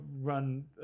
run